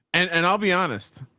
and and i'll be honest.